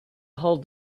hold